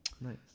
Nice